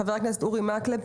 חבר הכנסת אורי מקלב,